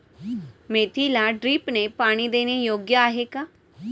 मेथीला ड्रिपने पाणी देणे योग्य आहे का?